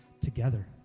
together